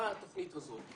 באה התוכנית הזאת,